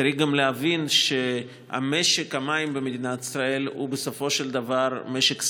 צריך גם להבין שמשק המים במדינת ישראל הוא בסופו של דבר משק סגור,